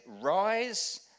rise